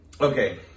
Okay